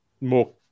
more